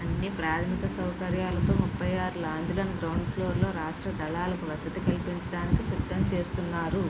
అన్ని ప్రాథమిక సౌకర్యాలతో ముప్పై ఆరు లాంజ్లను గ్రౌండ్ ఫ్లోర్లో రాష్ట్ర దళాలకు వసతి కల్పించడానికి సిద్ధం చేస్తున్నారు